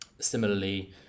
similarly